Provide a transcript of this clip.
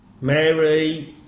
Mary